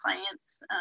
clients